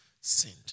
sinned